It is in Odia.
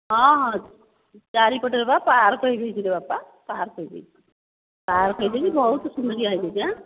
ହଁ ହଁ ଚାରିପଟରେ ବା ପାର୍କ ହୋଇଯାଇଛି ରେ ବାପା ପାର୍କ ହୋଇଯାଇଛି ପାର୍କ ହୋଇଯାଇଛି ବହୁତ ସୁନ୍ଦରିଆ ହୋଇଯାଇଛି